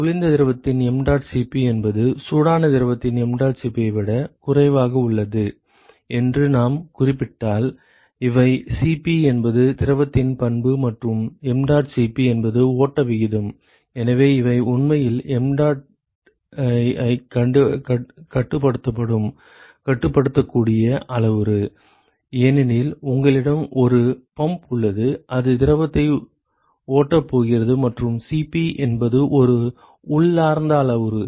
குளிர்ந்த திரவத்தின் mdot Cp என்பது சூடான திரவத்தின் mdot Cp ஐ விடக் குறைவாக உள்ளது என்று நாம் குறிப்பிட்டால் இவை Cp என்பது திரவத்தின் பண்பு மற்றும் mdot என்பது ஓட்ட விகிதம் எனவே இவை உண்மையில் mdot ஐக் கட்டுப்படுத்தும் கட்டுப்படுத்தக்கூடிய அளவுரு ஏனெனில் உங்களிடம் ஒரு பம்ப் உள்ளது அது திரவத்தை ஓட்டப் போகிறது மற்றும் Cp என்பது ஒரு உள்ளார்ந்த அளவுரு